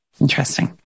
Interesting